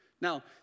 Now